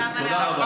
תודה רבה.